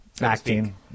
Acting